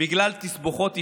בגלל תסבוכות אישיות,